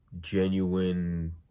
genuine